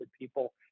people